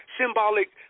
symbolic